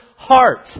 Heart